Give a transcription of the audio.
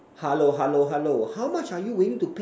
hello hello hello how much are you willing to pay